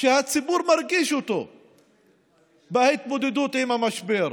שהציבור מרגיש בהתמודדות עם המשבר.